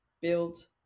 build